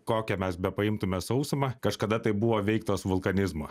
kokią mes bepriimtume sausumą kažkada tai buvo veiktos vulkanizmo